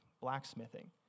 blacksmithing